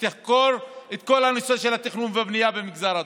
שתחקור את כל הנושא של התכנון והבנייה במגזר הדרוזי.